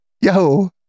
yo